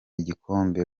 igikombe